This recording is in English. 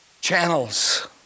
channels